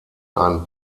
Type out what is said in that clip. ein